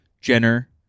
jenner